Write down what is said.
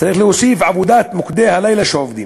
צריך להוסיף עבודת מוקדי הלילה, שעובדים.